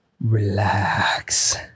relax